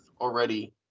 already